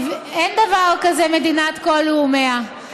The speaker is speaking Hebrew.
אין דבר כזה, מדינת כל לאומיה.